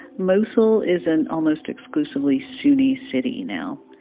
mosul is an almost-exclusively sunni city now.